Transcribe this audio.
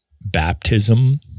baptism